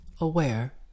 aware